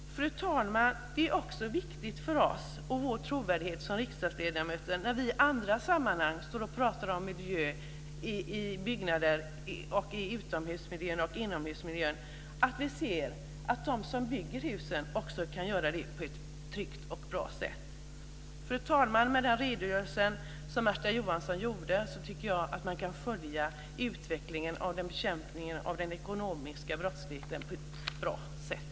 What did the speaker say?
Fru talman! Det är också viktigt för oss och vår trovärdighet som riksdagsledamöter när vi i andra sammanhang pratar om miljö i byggnader, i inomhusoch utomhusmiljön, att vi ser till att de som bygger husen också kan göra det på ett tryggt och bra sätt. Fru talman! Med den redogörelse som Märta Johansson gjorde tycker jag att man kan följa utvecklingen av bekämpningen av den ekonomiska brottsligheten på ett bra sätt.